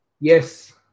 Yes